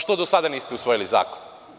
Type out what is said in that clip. Što do sada niste usvojili zakon?